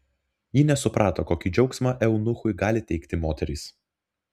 ji nesuprato kokį džiaugsmą eunuchui gali teikti moterys